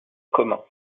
commun